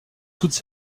toutes